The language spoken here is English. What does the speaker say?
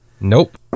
Nope